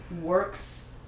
works